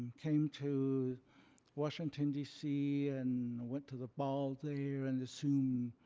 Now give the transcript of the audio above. came to washington, dc and went to the ball there and assumed